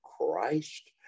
Christ